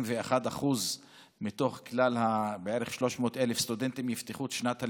כ-21% מתוך כלל 300,000 הסטודנטים בערך שיפתחו את שנת הלימודים,